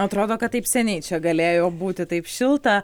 atrodo kad taip seniai čia galėjo būti taip šilta